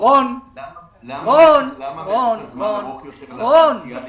למה ניתן זמן ארוך יותר לתעשייה ליישום?